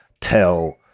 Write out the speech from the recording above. tell